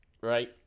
Right